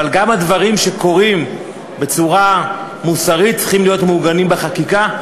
אבל גם הדברים שקורים בצורה מוסרית צריכים להיות מעוגנים בחקיקה,